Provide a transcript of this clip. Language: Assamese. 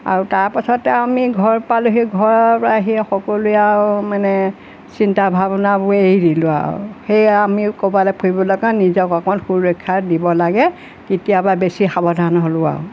আৰু তাৰপাছতে আৰু আমি ঘৰ পালোঁহি ঘৰৰ পাইহি সকলোৱে আৰু মানে চিন্তা ভাৱনাবোৰ এৰি দিলোঁ আৰু সেইয়া আমি ক'ৰবালে ফুৰিব লগা নিজক অকণমান সুৰক্ষা দিব লাগে তেতিয়াৰপৰা বেছি সাৱধান হ'লোঁ আৰু